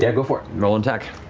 yeah go for it. roll an attack.